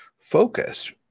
focus